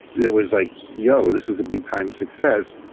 that was like yo, this is a big time success,